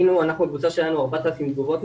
הקבוצה שלנו ניטרה 4,000 תגובות,